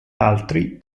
altri